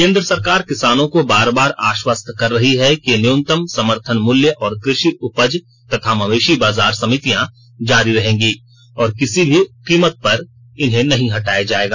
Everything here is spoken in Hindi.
केन्द्र सरकार किसानों को बार बार आश्वस्त कर रही है कि न्यूनतम समर्थन मूल्य और कृषि उपज तथा मवेशी बाजार समितियां जारी रहेंगी और किसी भी कीमत पर इन्हें नहीं हटाया जाएगा